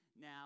now